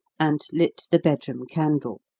and lit the bedroom candle.